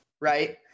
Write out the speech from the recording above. right